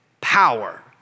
power